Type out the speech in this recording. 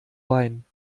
wein